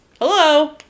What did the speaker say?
Hello